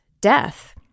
death